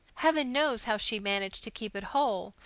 heaven knows how she managed to keep it whole,